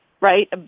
right